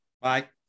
Bye